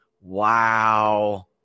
Wow